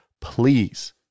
please